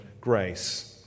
grace